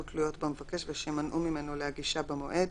תלויות במבקש ושמנעו ממנו להגישה במועד,